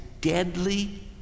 deadly